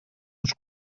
ens